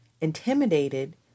intimidated